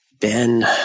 Ben